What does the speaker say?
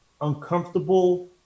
uncomfortable